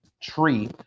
tree